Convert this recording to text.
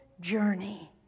journey